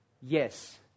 yes